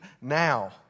now